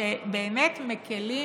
שבאמת מקילים,